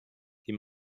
die